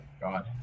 God